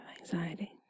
anxiety